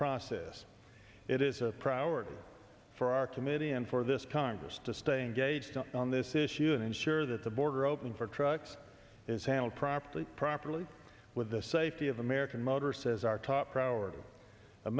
process it is a priority for our committee and for this congress to stay engaged on this issue and ensure that the border open for trucks is handled properly properly with the safety of american motor says our top priority a